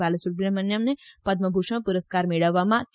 બાલાસુબ્રમણ્યમ પદમભૂષણ પુરસ્કાર મેળવવામાં કે